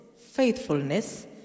faithfulness